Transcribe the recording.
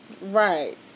Right